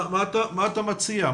מה אתה מציע?